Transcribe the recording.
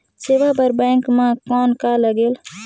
सेवा बर बैंक मे कौन का लगेल?